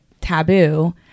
taboo